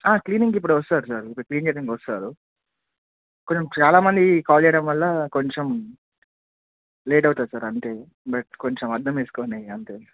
cleaning ఇప్పుడు వస్తారు sir ఇప్పుడు క్లీన్ చేయడానికి వస్తారు కొంచెం చాలామంది కాల్ చేయడం వల్ల కొంచెం లేట్ అవుతుంది సార్ అంతే బట్ కొంచెం అర్థం చేసుకోండి అంతే